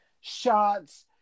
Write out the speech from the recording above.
shots